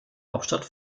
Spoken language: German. hauptstadt